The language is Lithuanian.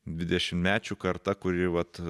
dvidešimtmečių karta kuri vat